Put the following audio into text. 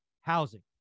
housing